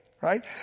right